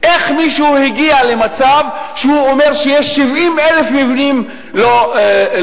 איך מישהו הגיע למצב שהוא אומר שיש 70,000 מבנים לא-מוכרים.